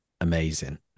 amazing